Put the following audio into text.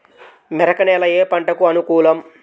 మెరక నేల ఏ పంటకు అనుకూలం?